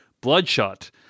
Bloodshot